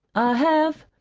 have.